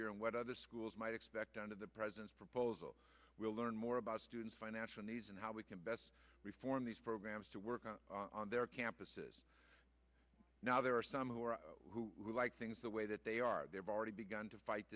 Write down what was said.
year and what other schools might expect out of the president's proposal will learn more about students financial needs and how we can best reform these programs to work on their campuses now there are some who are who would like things the way that they are there already begun to fight